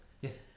Yes